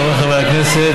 חבריי חברי הכנסת,